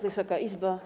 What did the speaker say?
Wysoka Izbo!